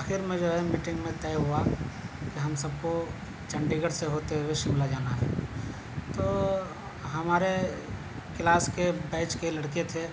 آخر میں جو ہے میٹنگ میں طے ہوا کہ ہم سب کو چنڈی گڑھ سے ہوتے ہوئے شملہ جانا ہے تو ہمارے کلاس کے بیچ کے لڑکے تھے